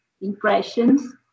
impressions